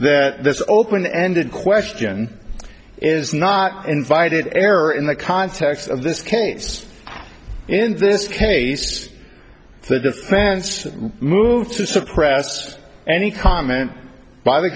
that this open ended question is not invited error in the context of this case in this case the defense moved to suppress any comment by the